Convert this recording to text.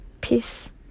peace